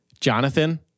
Jonathan